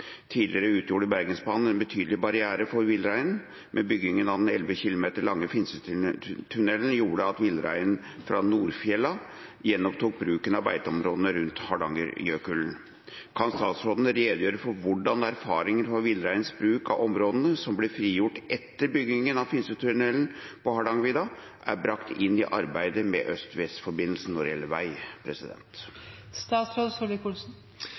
Tidligere utgjorde Bergensbanen en betydelig barriere for villreinen, men byggingen av den 11 km lange Finsetunnelen gjorde at villreinen fra Norefjella gjenopptok bruk av beiteområdene rundt Hardangerjøkulen. Kan statsråden redegjøre for hvordan erfaringene om villreinens bruk av områdene som ble frigitt etter byggingen av Finsetunnelen på Hardangervidda, er brakt inn i arbeidet med øst-vest-forbindelsen?» Det